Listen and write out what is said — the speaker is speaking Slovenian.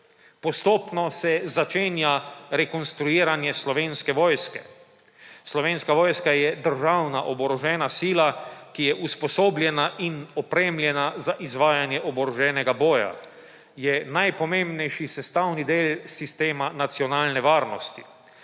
Postopno se začenja rekonstruiranje Slovenske vojske. Slovenska vojska je državna oborožena sila, ki je usposobljena in opremljena za izvajanje oboroženega boja. Je najpomembnejši sestavni del sistema nacionalne varnosti.